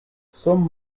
some